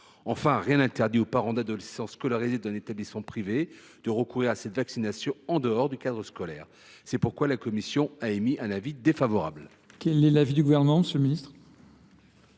Enfin, rien n’interdit aux parents d’adolescents scolarisés dans un établissement privé de recourir à cette vaccination en dehors du cadre scolaire. C’est pourquoi la commission a émis un avis défavorable sur cet amendement. Quel est